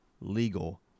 legal